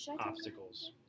obstacles